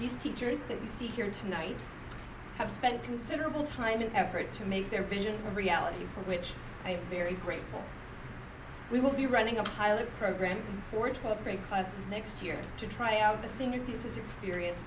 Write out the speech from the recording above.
these teachers that you see here tonight have spent considerable time and effort to make their vision a reality for which i am very grateful we will be running a pilot program for a twelfth grade class next year to try out the single pieces experience